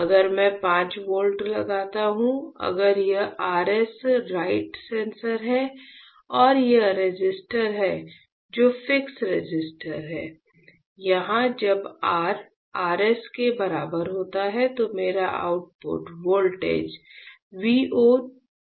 अगर मैं 5 वोल्ट लगाता हूं अगर यह R S राइट सेंसर है और यह रेसिस्टर है जो फिक्स रेसिस्टर है यहाँ जब R RS के बराबर होता है तो मेरा output voltage V o 25 volt होगा